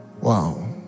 Wow